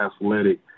athletic